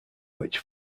which